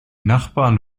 nachbarn